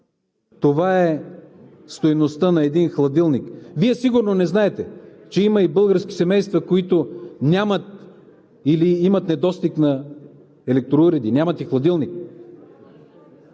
Това е стойността на един хладилник. Вие сигурно не знаете, че има и български семейства, които не знаят или имат недостиг на електроуреди – нямат и хладилник!